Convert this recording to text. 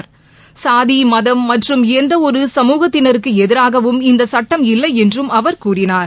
ளதி மதம் மற்றும் எந்த ஒரு சமூகத்தினருக்கு எதிராகவும் இந்த சுட்டம் இல்லை என்றும் அவர் கூறினார்